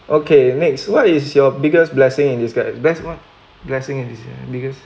okay next what is your biggest blessing in disguise best what blessing in disguise biggest